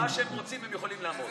במה שהם רוצים הם יכולים לעמוד.